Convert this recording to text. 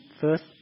First